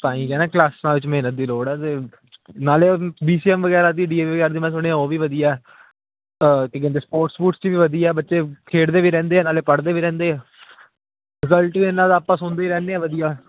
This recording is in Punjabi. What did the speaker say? ਤਾਂ ਹੀ ਕਹਿੰਦਾ ਕਲਾਸਾਂ ਵਿੱਚ ਮਿਹਨਤ ਦੀ ਲੋੜ ਹੈ ਅਤੇ ਨਾਲ ਬੀ ਸੀ ਐੱਮ ਵਗੈਰਾ ਦੀ ਡੀ ਏ ਵੀ ਵਗੈਰਾ ਦੀ ਉਹ ਵੀ ਵਧੀਆ ਹੈ ਕੀ ਕਹਿੰਦੇ ਸਪੋਰਟਸ ਸਪੁਰਟਸ 'ਚ ਵੀ ਵਧੀਆ ਬੱਚੇ ਖੇਡਦੇ ਵੀ ਰਹਿੰਦੇ ਹੈ ਨਾਲ ਪੜ੍ਹਦੇ ਵੀ ਰਹਿੰਦੇ ਹੈ ਰਿਜ਼ਲਟ ਵੀ ਇਹਨਾਂ ਦਾ ਆਪਾਂ ਸੁਣਦੇ ਹੀ ਰਹਿੰਦੇ ਹਾਂ ਵਧੀਆ